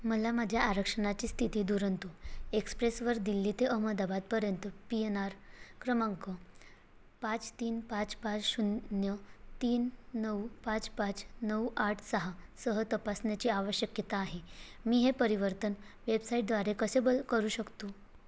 मला माझ्या आरक्षणाची स्थिती दुरंतो एक्सप्रेसवर दिल्ली ते अहमदाबादपर्यंत पी एन आर क्रमांक पाच तीन पाच पाच शून्य तीन नऊ पाच पाच नऊ आठ सहासह तपासण्याची आवश्यकता आहे मी हे परिवर्तन वेबसाईटद्वारे कसे ब करू शकतो